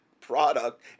product